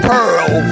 Pearl